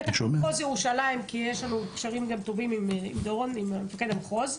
בטח על מחוז ירושלים כי יש לנו קשרים טובים עם מפקד המחוז,